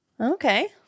Okay